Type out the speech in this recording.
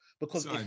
because-